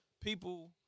people